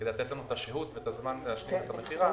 כדי לתת לנו את השהות ואת הזמן להשקיע במכירה